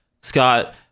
Scott